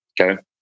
Okay